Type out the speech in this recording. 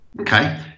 Okay